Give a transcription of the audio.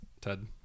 Ted